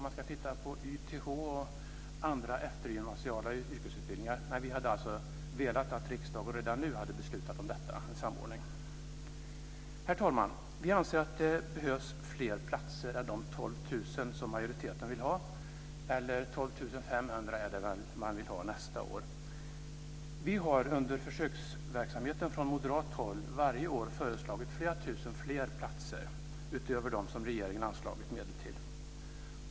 Man ska titta på YTH och andra eftergymnasiala yrkesutbildningar, men vi hade alltså velat att riksdagen redan nu hade beslutat om en samordning. Herr talman! Vi anser att det behövs fler platser än de 12 000 som majoriteten vill ha - eller 12 500 är det väl som man vill ha nästa år. Vi har under försökstiden från moderat håll varje år föreslagit flera tusen fler platser utöver dem som regeringen har anslagit medel till.